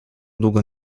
długo